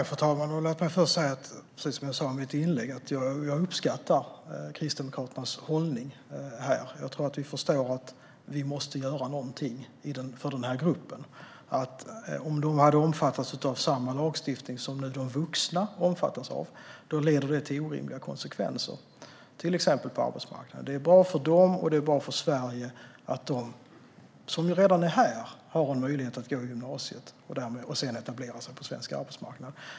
Fru talman! Låt mig först säga att jag, precis som jag sa i mitt inlägg, uppskattar Kristdemokraternas hållning. Jag tror att vi förstår att vi måste göra någonting för den här gruppen. Om de hade omfattats av samma lagstiftning som vuxna skulle det få orimliga konsekvenser, till exempel på arbetsmarknaden. Det är bra både för dem och för Sverige att de som redan är här har möjlighet att gå på gymnasiet och sedan etablera sig på svensk arbetsmarknad.